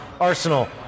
Arsenal